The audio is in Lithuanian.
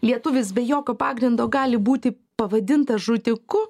lietuvis be jokio pagrindo gali būti pavadintas žudiku